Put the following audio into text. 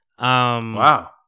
Wow